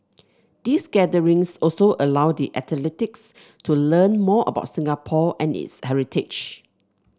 these gatherings also allow the athletes to learn more about Singapore and its heritage